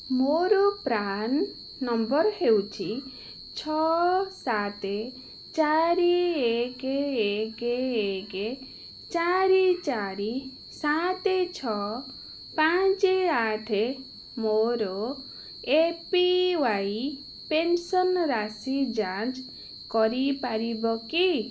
ମୋର PRAN number ହେଉଛି ଛଅ ସାତେ ଚାରି ଏକେ ଏକେ ଏକେ ଚାରି ଚାରି ସାତେ ଛଅ ପାଞ୍ଚେ ଆଠେ ମୋର ଏ ପି ୱାଇ ପେନ୍ସନ୍ ରାଶି ଯାଞ୍ଚ କରିପାରିବ କି